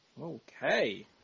Okay